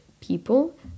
people